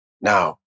Now